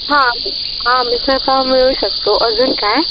हां हां मिसळपाव मिळू शकतो अजून काय